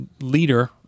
leader